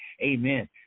amen